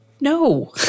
no